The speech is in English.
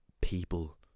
people